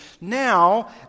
now